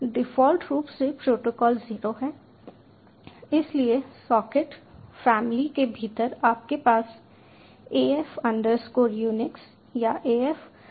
default रूप से protocol 0 है इसलिए सॉकेट फैमिली के भीतर आपके पास AF UNIX या AF INET है